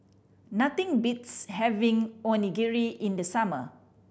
nothing beats having Onigiri in the summer